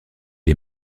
est